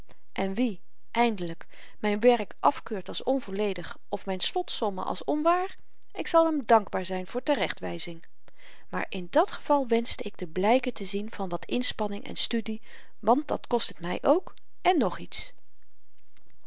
en wie eindelyk myn werk afkeurt als onvolledig of myn slotsommen als onwaar ik zal hem dankbaar zyn voor terechtwyzing maar in dat geval wenschte ik de blyken te zien van wat inspanning en studie want dat kost het my ook en nog iets